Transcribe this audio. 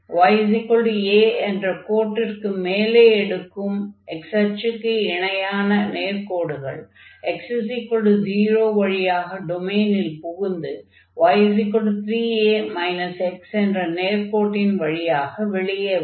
y a என்ற கோட்டிற்கு மேலே எடுக்கும் x அச்சுக்கு இணையான நேர்க்கோடுகள் x0 வழியாக டொமைனுக்குள் புகுந்து y3a x என்ற நேர்க்கோட்டின் வழியாக வெளியே வரும்